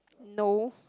no